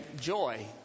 joy